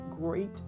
great